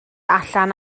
allan